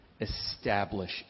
Establish